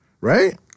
right